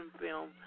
film